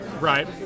Right